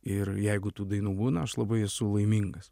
ir jeigu tų dainų būna labai esu laimingas